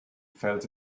felt